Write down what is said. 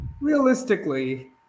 realistically